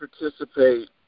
participate